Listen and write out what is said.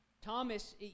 Thomas